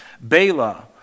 Bala